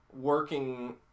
Working